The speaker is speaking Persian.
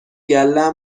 گله